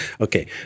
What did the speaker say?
Okay